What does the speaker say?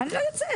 אני לא יוצאת.